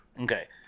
okay